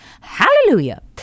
hallelujah